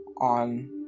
on